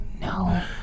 no